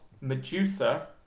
Medusa